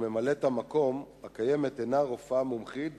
וממלאת המקום איננה רופאה מומחית,